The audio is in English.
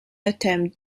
attempt